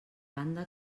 banda